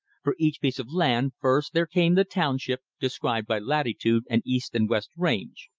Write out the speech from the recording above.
for each piece of land first there came the township described by latitude and east-and-west range.